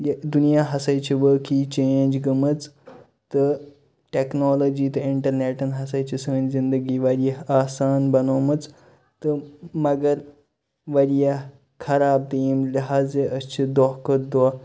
یہِ دُنیا ہَسا چھُ وٲقعی چینٛج گٔمٕژ تہٕ ٹیٚکنالوجی تہٕ اِنٹرنیٚٹَن ہَسا چھِ سٲنٛۍ زِندگی واریاہ آسان بَنٲومٕژ تہٕ مَگَر واریاہ خَراب تہٕ ییٚمہِ لِحاظہِ أسۍ چھ دۄہ کھۄتہٕ دۄہ